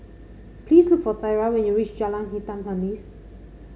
please look for Thyra when you reach Jalan Hitam Manis